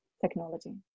technology